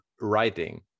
writing